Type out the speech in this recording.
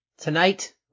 Tonight